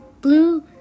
blue